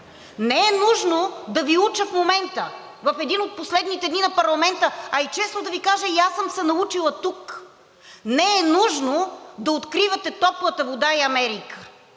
Не е нужно да Ви уча в момента – в един от последните дни на парламента, и честно да Ви кажа, и аз съм се научила тук. Не е нужно да откривате топлата вода и Америка.